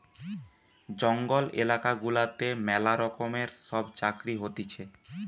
জঙ্গল এলাকা গুলাতে ম্যালা রকমের সব চাকরি হতিছে